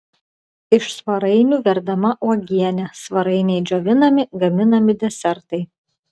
iš svarainių verdama uogienė svarainiai džiovinami gaminami desertai